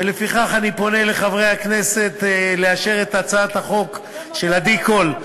ולפיכך אני פונה לחברי הכנסת לאשר את הצעת החוק של עדי קול,